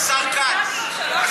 זה נדחה כבר שלוש פעמים.